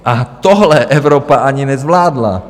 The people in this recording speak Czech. A tohle Evropa ani nezvládla.